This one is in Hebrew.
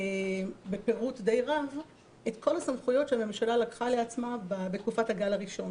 בפירוט די רב את כל הסמכויות שהממשלה לקחה לעצמה בתקופת הגל הראשון.